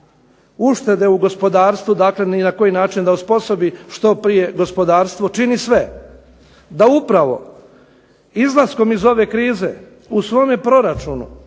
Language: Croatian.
uštede u gospodarstvu, dakle ni na koji način da osposobi što prije gospodarstvo, čini sve da upravo izlaskom iz ove krize u svome proračunu